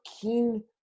keen